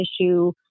issue